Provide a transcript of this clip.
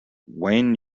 wayne